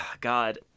God